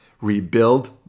rebuild